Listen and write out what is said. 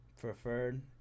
preferred